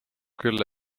küll